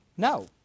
No